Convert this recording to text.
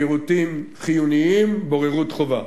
בשירותים חיוניים, בוררות חובה,